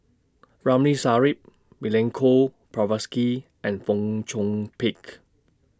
Ramli Sarip Milenko Prvacki and Fong Chong Pik